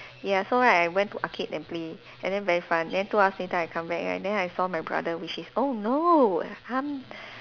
ya so right I went to arcade and play and then very fun then two hours later I come back right then I saw my brother which is oh no I'm